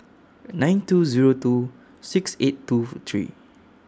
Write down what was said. nine two Zero two six eight two three